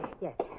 yes